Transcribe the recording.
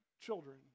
children